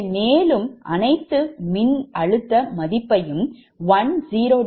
இதை மேலும் அனைத்து மின்னழுத்த மதிப்பையும் 1∠0∘𝑝